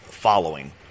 Following